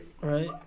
Right